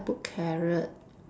then I put carrot